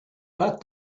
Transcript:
but